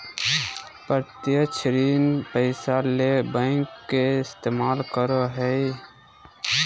प्रत्यक्ष ऋण पैसा ले बैंक के इस्तमाल करो हइ